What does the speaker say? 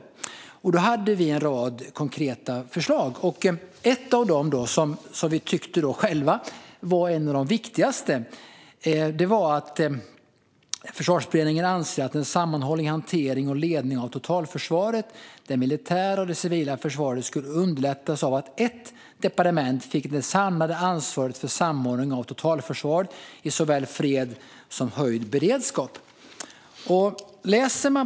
Försvarsberedningen hade alltså en rad konkreta förslag, och ett av de viktigaste var "att en sammanhållen hantering och ledning av totalförsvaret skulle underlättas av att ett departement fick det samlade ansvaret för samordningen av totalförsvaret, såväl i fred som vid höjd beredskap".